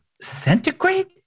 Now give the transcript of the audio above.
centigrade